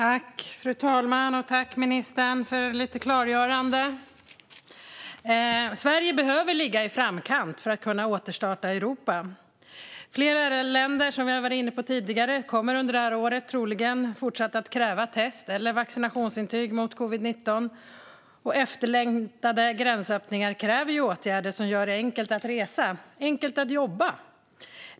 Fru talman! Tack, ministern, för lite klargörande! Sverige behöver ligga i framkant för att kunna återstarta Europa. Flera länder kommer, som vi har varit inne på tidigare, under detta år troligen att fortsätta att kräva test eller vaccinationsintyg mot covid-19. Efterlängtade gränsöppningar kräver åtgärder som gör det enkelt att resa och jobba.